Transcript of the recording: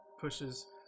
pushes